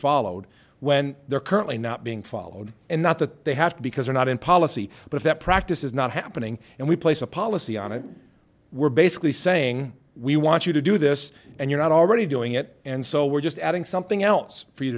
followed when they're currently not being followed and not that they have to because we're not in policy but that practice is not happening and we place a policy on it we're basically saying we want you to do this and you're not already doing it and so we're just adding something else for you